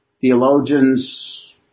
theologians